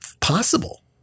possible